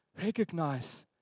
Recognize